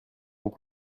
ont